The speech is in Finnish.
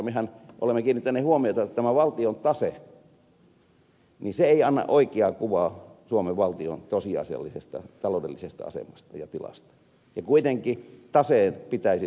mehän olemme kiinnittäneet huomiota siihen että tämä valtion tase ei anna oikeaa kuvaa suomen valtion tosiasiallisesta taloudellisesta asemasta ja tilasta ja kuitenkin taseen pitäisi se antaa